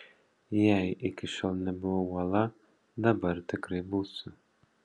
jei iki šiol nebuvau uola dabar tikrai būsiu